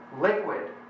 liquid